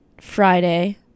Friday